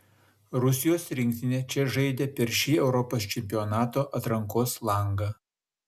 rusijos rinktinė čia žaidė per šį europos čempionato atrankos langą